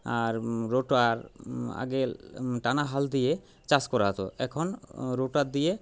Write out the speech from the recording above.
আর rotor আগে টানা হাল দিয়ে চাষ করা হত এখন রোটার দিয়ে